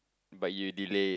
but you delay it